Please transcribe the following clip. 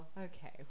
okay